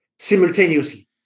Simultaneously